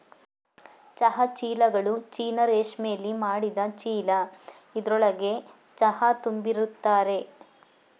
ಚಹಾ ಚೀಲ್ಗಳು ಚೀನಾ ರೇಶ್ಮೆಲಿ ಮಾಡಿದ್ ಚೀಲ ಇದ್ರೊಳ್ಗೆ ಚಹಾ ತುಂಬಿರ್ತರೆ